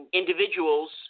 individuals